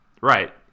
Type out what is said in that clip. Right